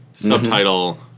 Subtitle